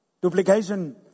Duplication